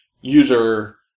user